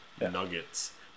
nuggets